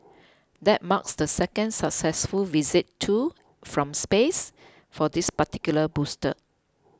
that marks the second successful visit to from space for this particular booster